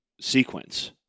sequence